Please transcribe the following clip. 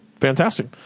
Fantastic